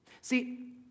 See